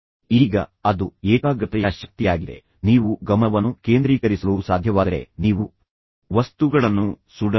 ಈಗ ಅದು ಏಕಾಗ್ರತೆಯ ಶಕ್ತಿಯಾಗಿದೆ ನೀವು ಗಮನವನ್ನು ಕೇಂದ್ರೀಕರಿಸಲು ಸಾಧ್ಯವಾದರೆ ನೀವು ವಸ್ತುಗಳನ್ನು ಸುಡಬಹುದು